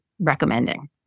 recommending